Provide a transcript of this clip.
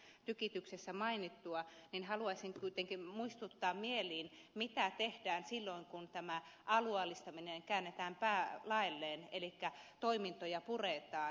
asko seljavaaran tykityksessä mainittua niin haluaisin kuitenkin muistuttaa mieliin mitä tehdään silloin kun tämä alueellistaminen käännetään päälaelleen elikkä toimintoja puretaan